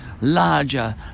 larger